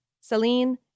Celine